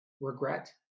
regret